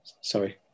sorry